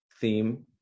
theme